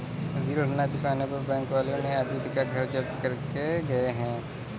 ऋण ना चुकाने पर बैंक वाले आदित्य का घर जब्त करके गए हैं